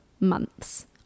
months